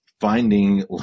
finding